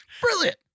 Brilliant